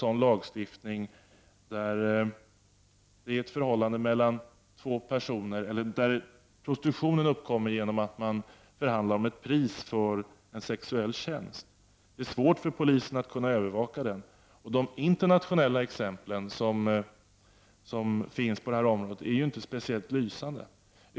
Prostitutionen uppkommer ju genom att kunden och den prostituerade förhandlar om ett pris för en sexuell tjänst, och det är svårt för polisen att övervaka detta. De internationella exemplen som finns på området är inte särskilt lysande.